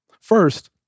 First